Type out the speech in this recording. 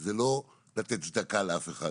זה לא לתת צדקה לאף אחד,